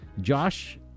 Josh